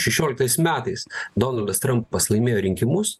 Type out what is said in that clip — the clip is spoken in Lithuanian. šešioliktais metais donaldas trampas laimėjo rinkimus